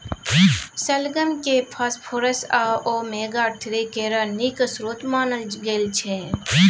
शलगम केँ फास्फोरस आ ओमेगा थ्री केर नीक स्रोत मानल गेल छै